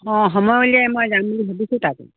অঁ সময় উলিয়াই মই যাম বুলি ভাবিছোঁ তালৈ